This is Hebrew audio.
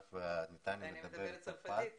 נתניה מדברת צרפתית